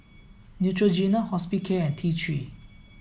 Neutrogena Hospicare and T Three